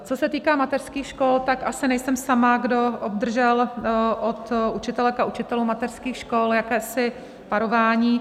Co se týká mateřských škol, tak asi nejsem sama, kdo obdržel od učitelek a učitelů mateřských škol jakési varování.